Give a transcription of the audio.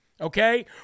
okay